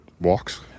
walks